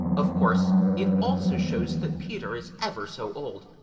of course, it also shows that peter is ever so old,